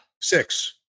Six